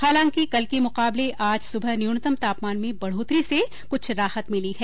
हालांकि कल के मुकाबले आज सुबह न्यूनतम तापमान में बढोतरी से कुछ राहत मिली है